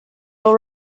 all